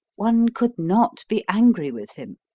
one could not be angry with him.